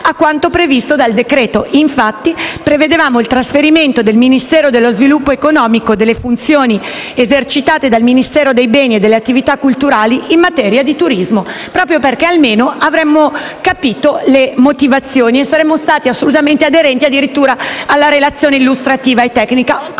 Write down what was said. a quanto previsto dal decreto-legge. Infatti, prevedevamo il trasferimento al Ministero dello sviluppo economico delle funzioni esercitate dal Ministero dei beni e delle attività culturali in materia di turismo, proprio perché almeno avremmo capito le motivazioni e saremmo stati assolutamente aderenti addirittura alla relazione illustrativa e tecnica; cosa